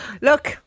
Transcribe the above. Look